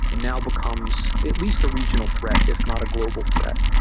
and now becomes at least a regional threat, if not a global threat.